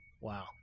Wow